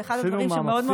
זה אחד הדברים שמאוד מאוד,